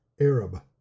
Arab